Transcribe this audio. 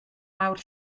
lawr